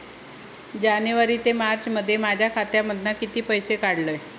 जानेवारी ते मार्चमध्ये माझ्या खात्यामधना किती पैसे काढलय?